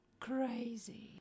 Crazy